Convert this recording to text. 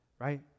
Right